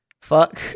Fuck